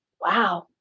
Wow